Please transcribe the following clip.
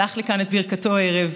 ששלח לכם את ברכתו הערב,